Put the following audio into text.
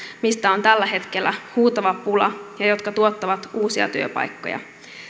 joista on tällä hetkellä huutava pula ja jotka tuottavat uusia työpaikkoja